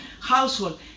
household